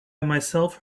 myself